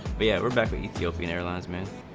the ever-ethiopian airline so